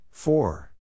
Four